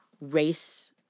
race